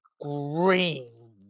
green